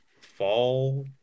Fall